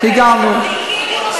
אני שמח